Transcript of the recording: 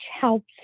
helps